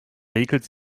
räkelt